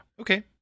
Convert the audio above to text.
okay